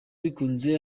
bikunze